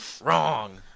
Wrong